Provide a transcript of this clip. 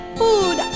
food